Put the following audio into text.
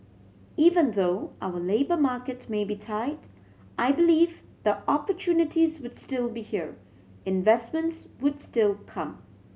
even though our labour markets may be tight I believe the opportunities would still be here investments would still come